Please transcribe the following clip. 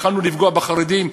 יכולנו לפגוע בחרדים,